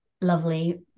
lovely